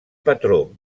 patró